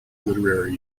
literary